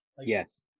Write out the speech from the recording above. Yes